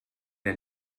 der